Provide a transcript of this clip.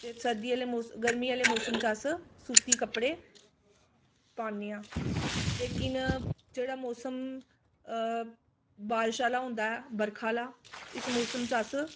ते सर्दी आह्ले गर्मी आह्ले मोसम च अस सूती कपड़े पान्ने आं लेकिन जेह्ड़ा मोसम बारिश आह्ला होंदा ऐ बरखा आह्ला इस मोसम च अस